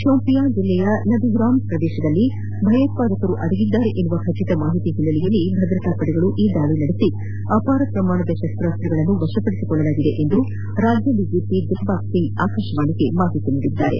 ಸೂಪಿಯಾನ ಜಿಲ್ಲೆಯ ನಾಡಿಗ್ರಾಮ್ ಪ್ರದೇಶದಲ್ಲಿ ಭಯೋತ್ವಾದಕರು ಅಡಗಿದ್ದಾರೆ ಎಂಬ ಖಚಿತ ಮಾಹಿತಿ ಹಿನ್ನೆಲೆಯಲ್ಲಿ ಭದ್ರತಾ ಪಡೆ ಈ ದಾಳಿ ನಡೆಸಿ ಅಪಾರ ಪ್ರಮಾಣ ಶಸ್ತಾಸ್ತಗಳನ್ನು ವಶಪಡಿಸಿಕೊಳ್ಳಲಾಗಿದೆ ಎಂದು ರಾಜ್ಯ ಡಿಜೆಪಿ ದಿಲ್ಬಾಗ್ ಸಿಂಗ್ ಆಕಾಶವಾಣೆಗೆ ತಿಳಿಸಿದ್ದಾರೆ